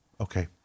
Okay